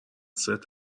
زرت